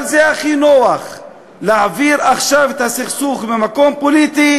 אבל זה הכי נוח להעביר עכשיו את הסכסוך ממקום פוליטי